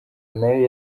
nayo